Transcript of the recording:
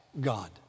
God